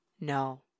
No